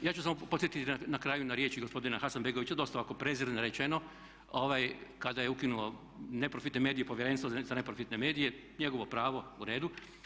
Ja ću samo podsjetiti na kraju na riječi gospodina Hasanbegovića, dosta ovako prezirno rečeno, kada je ukinuo neprofitne medije, Povjerenstvo za neprofitne medije, njegovo pravo, u redu.